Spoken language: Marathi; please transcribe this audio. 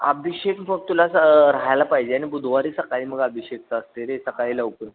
अभिषेक बघ तुला राहायला पाहिजे आणि बुधवारी सकाळी मग अभिषेकचं असतं आहे रे सकाळी लवकर